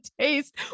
taste